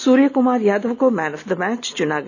सुर्य कुमार यादव को man of the match चुना गया